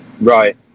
Right